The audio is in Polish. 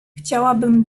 chciałabym